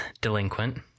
delinquent